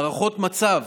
הערכות מצב